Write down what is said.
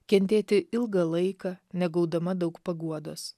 kentėti ilgą laiką negaudama daug paguodos